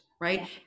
right